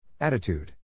Attitude